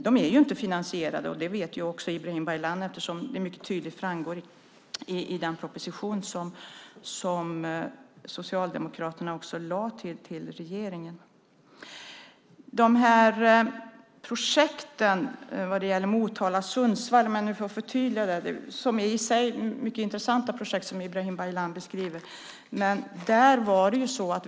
De är inte finansierade, och det vet Ibrahim Baylan, eftersom det mycket tydligt framgår av den proposition som Socialdemokraterna under sin regeringstid lade fram. När det gäller projekten Motala och Sundsvall, i och för sig mycket intressanta projekt, vill jag förtydliga hur det förhåller sig.